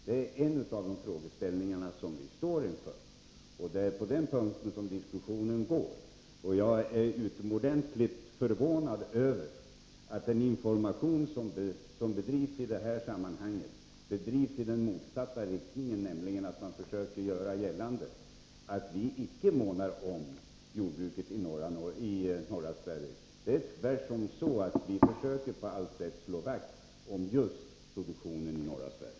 Det är en av de frågeställningar som vi står inför. Det är detta diskussionen gäller. Jag är utomordentligt förvånad över att man i informationen i detta sammanhang försöker göra gällande att vi inte månar om jordbruket i norra Sverige. Tvärtom försöker vi på allt sätt slå vakt om produktionen i just norra Sverige.